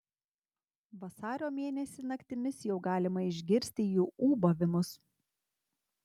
vasario mėnesį naktimis jau galima išgirsti jų ūbavimus